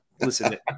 listen